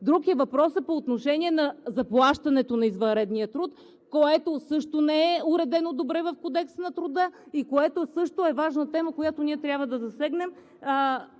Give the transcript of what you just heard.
Друг е въпросът по отношение на заплащането на извънредния труд, което също не е уредено добре в Кодекса на труда и което също е важна тема, която ние трябва да засегнем.